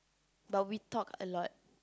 but we talk a lot